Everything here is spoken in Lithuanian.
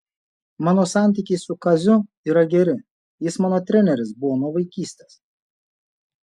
mano santykiai su kaziu yra geri jis mano treneris buvo nuo vaikystės